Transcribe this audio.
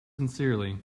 sincerely